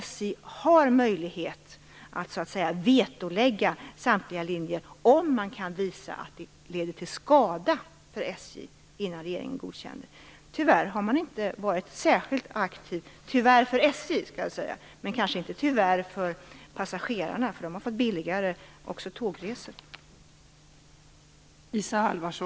SJ har möjlighet att så att säga vetolägga samtliga linjer innan regeringen godkänner det om man kan visa att dessa leder till skada till SJ. Tyvärr har man inte från SJ varit särskilt aktiv när det gäller detta - tyvärr för SJ, men inte tyvärr för passagerarna. De har nämligen fått billigare tågresor också.